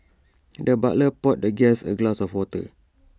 the butler poured the guest A glass of water